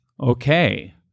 Okay